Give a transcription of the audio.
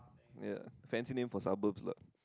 ya fancy name for suburbs lah